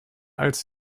als